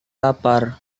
lapar